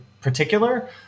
particular